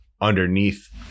underneath